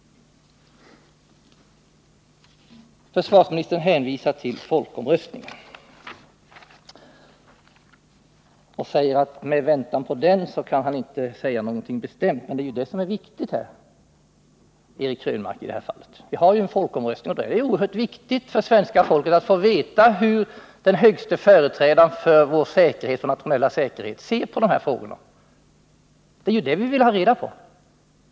Försvarsministern hänvisar till folkomröstningen och säger att i väntan på den kan han nu inte säga någonting bestämt. Men det är ju det som är viktigt, Eric Krönmark, i detta fall. Vi skall ha en folkomröstning, och då är det oerhört viktigt för svenska folket att få veta hur den högste företrädaren för vår nationella säkerhet ser på dessa frågor. Det är det vi vill ha reda på.